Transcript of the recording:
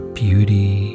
beauty